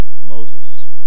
Moses